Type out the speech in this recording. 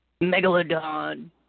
Megalodon